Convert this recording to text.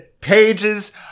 Pages